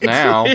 now